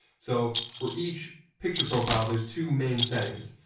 so, for each picture profile, there's two main settings.